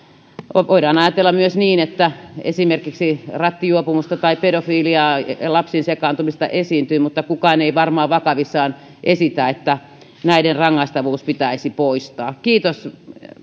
voidaan ajatella myös niin että esimerkiksi rattijuopumusta tai pedofiliaa ja lapsiin sekaantumista esiintyy mutta kukaan ei varmaan vakavissaan esitä että näiden rangaistavuus pitäisi poistaa kiitos